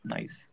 Nice